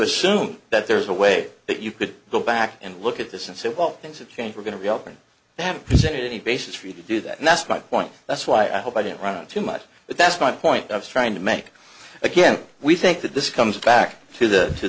assume that there's a way that you could go back and look at this and say well things have changed we're going to reopen they haven't presented any basis for you to do that and that's my point that's why i hope i didn't run too much but that's my point of trying to make again we think that this comes back to the to